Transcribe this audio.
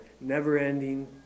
never-ending